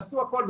עשו הכול,